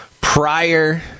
prior